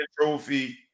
Trophy